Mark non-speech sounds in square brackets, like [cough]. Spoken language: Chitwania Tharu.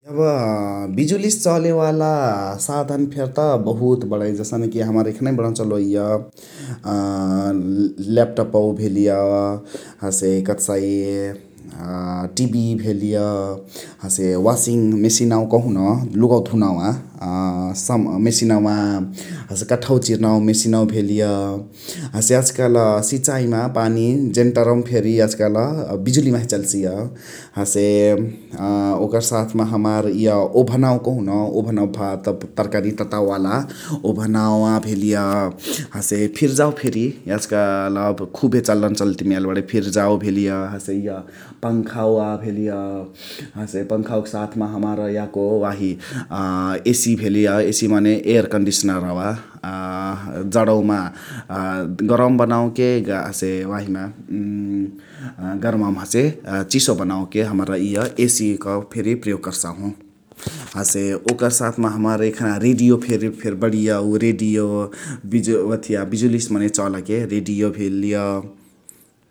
एब बिजुले चलेवाला साध फेरी त बहुत बणै जसने कि हमरा एखनही बणहु चलोइ इअ ल्यापटपवा भेलिय हसे कथसाइ अ टिबी भेलिय हसे वाशिङ मेसिनवा कहुन लुगवा धौनावा [unintelligible] मेसिनवा । हसे कठवा चिर्नावा मेसिनवा भेलिय । हसे याज काल सिचाइमा पानी जेन्टरवमा फेरी याज काल बिजुली माजे चलसिय । हसे अ ओकर साथमा हमार इय ओभनावा कहोन ओभनअवा भात तरकारी ततावे वाला । ओभनावा भेलिय [noise] हसे फिर्जावा फेरी याज काल खुभे चलन चलिती मा याइली बणै फिर्जावा भेलिय हसे इअ पङ्खावा भेलिय । हसे पङ्खावक साथ मा हमार याको वाही अ एसी भेलिय एसी मने एअर कन्डिसनरवा अ जणवा मा गरम बनावके हसे वाहिमा [hesitation] गरमावमा हसे चिसो बनवके हमरा [noise] इअ एसिक फेरी प्रयोग कर्साहु । [noise] हसे ओकर साथ मा हमार एखाने रेडियो [noise] फेरी बणिय उ रेडियो ओथिया [unintelligible] बिजुले मने चलेके रेडियो भेलिय ।